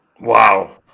Wow